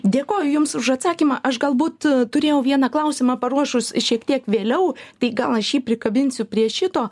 dėkoju jums už atsakymą aš galbūt turėjau vieną klausimą paruošus šiek tiek vėliau tai gal aš jį prikabinsiu prie šito